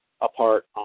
apart